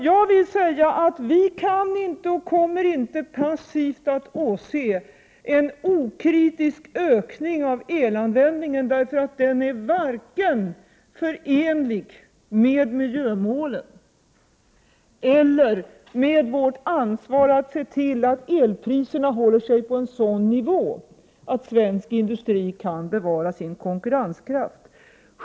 Jag vill säga att regeringen inte kommer att passivt åse en okritisk ökning av elanvändningen, därför att den är inte förenlig med vare sig miljömålen eller vårt ansvar att se till att elpriserna är på den nivån att svensk industri kan bevara sin konkurrenskraft.